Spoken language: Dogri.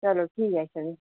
चलो ठीक ऐ अच्छा फिर